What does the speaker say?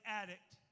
addict